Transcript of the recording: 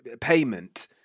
payment